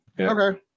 Okay